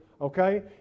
Okay